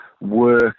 work